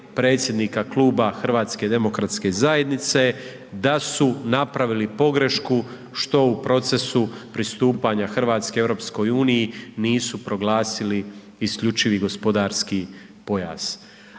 predsjednika Kluba HDZ-a da su napravili pogrešku što u procesu pristupanja Hrvatske EU nisu proglasili isključivi gospodarski pojas.